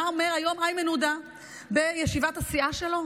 מה אומר היום איימן עודה בישיבת הסיעה שלו,